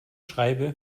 schreibe